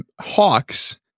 Hawks